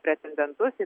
pretendentus į kandidatus